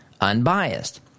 unbiased